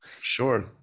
Sure